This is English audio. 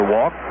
Walk